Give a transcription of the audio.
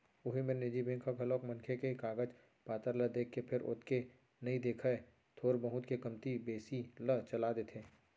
उही मेर निजी बेंक ह घलौ मनखे के कागज पातर ल देखथे फेर ओतेक नइ देखय थोर बहुत के कमती बेसी ल चला लेथे